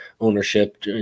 ownership